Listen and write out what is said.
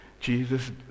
Jesus